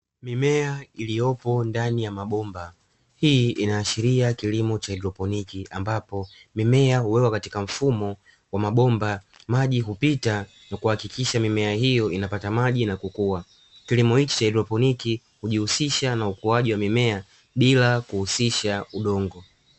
Mimea iliyopo ndani ya mabomba hii inaashiria kilimo cha haidroponiki ambapo mimea huwekwa katika mfumo wa mabomba; maji hupita na kuhakikisha mimea hiyo inapata maji na kukua, kilimo hiki cha haidroponiki hujihusisha na ukuaji wa mimea bila kihusisha udongo.